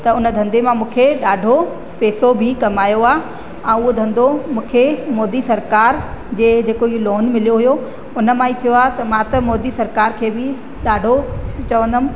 त उन धंधे मां मूंखे ॾाढो पैसो बि कमायो आहे ऐं उहो धंधो मूंखे मोदी सरकार जे जेको इहे लोन मिलियो हुओ उन मां ई पियो आहे त मां त मोदी सरकार खे बि ॾाढो चवंदमि